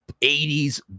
80s